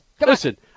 Listen